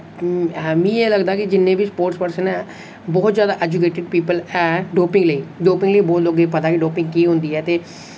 मी एह् लगदा कि जिन्ने बी स्पोर्ट्स पर्सन ऐं बहुत जैदा एजुकेटेड पीपल ऐ डोपिंग लेई डोपिंग लेई बहुत लोकें ई पता कि डोपिंग केह् होंदी ऐ ते